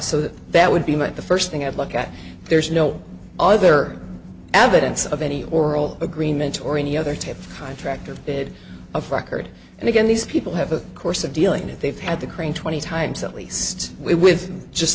that that would be much the first thing i'd look at there's no other evidence of any oral agreement or any other type of contract or bid of record and again these people have a course of dealing if they've had the crane twenty times at least with